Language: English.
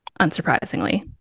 unsurprisingly